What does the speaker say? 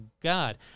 God